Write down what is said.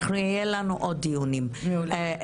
אנחנו יהיה לנו עוד דיונים בנושא.